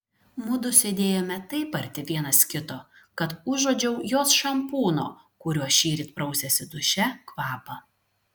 mudu sėdėjome taip arti vienas kito kad užuodžiau jos šampūno kuriuo šįryt prausėsi duše kvapą